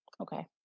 Okay